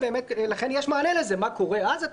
לכן יש מענה לזה מה קורה אז?